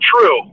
true